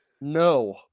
No